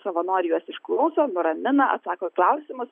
savanoriai juos išklauso nuramina atsako klausimus